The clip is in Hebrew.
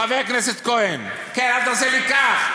חבר הכנסת כהן, כן, אל תעשה לי כך.